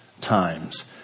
times